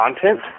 content